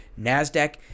NASDAQ